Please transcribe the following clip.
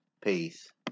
Peace